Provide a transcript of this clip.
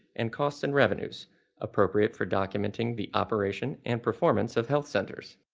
and costs and revenues appropriate for documenting the operation and performance of health centers.